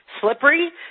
Slippery